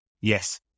Yes